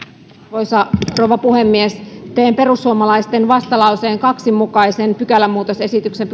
arvoisa rouva puhemies teen perussuomalaisten vastalauseen kahden mukaisen pykälämuutosesityksen